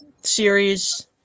series